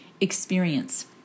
experience